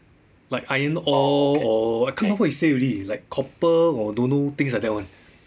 like iron ore or I can't remember what he say already like copper or don't know things like that [one]